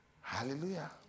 Hallelujah